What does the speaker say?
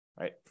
right